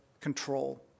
control